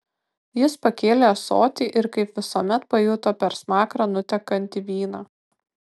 jis pakėlė ąsotį ir kaip visuomet pajuto per smakrą nutekantį vyną